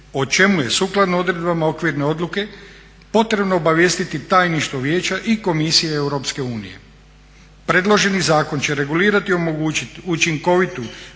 o čemu je sukladno odredbama okvirne odluke potrebno obavijestiti tajništvo Vijeća i Komisije EU. Predloženi zakon će regulirati i omogućiti učinkovitu